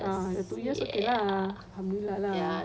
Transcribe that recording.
ah two year okay lah alhamdulillah